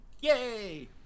Yay